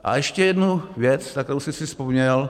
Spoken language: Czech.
A ještě jednu věc, na kterou jsem si vzpomněl.